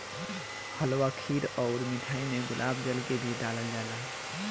हलवा खीर अउर मिठाई में गुलाब जल के भी डलाल जाला